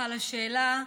תודה רבה לך על השאלה.